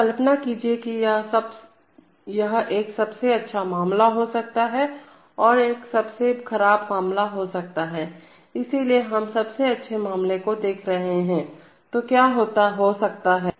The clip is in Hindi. तो कल्पना कीजिए कि यह एक सबसे अच्छा मामला हो सकता है और एक सबसे खराब मामला हो सकता है इसलिए हम सबसे अच्छे मामले को देख रहे हैं तो क्या हो सकता है